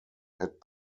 had